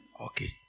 Okay